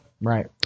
Right